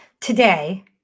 today